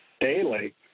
daily